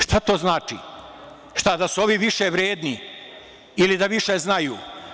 Šta to znači, da su ovi više vredni ili da više znaju?